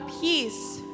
peace